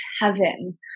heaven